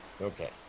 Okay